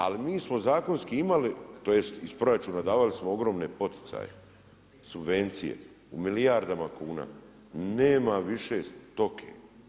Ali mi smo zakonski imali, tj. iz proračuna davali smo ogromne poticaje, subvencije, u milijardama kuna, nema više stoke.